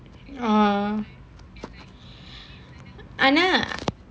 oh ஆனா:aanaa